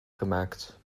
gemaakt